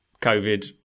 COVID